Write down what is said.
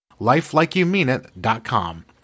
lifelikeyoumeanit.com